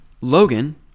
Logan